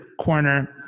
corner